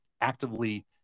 actively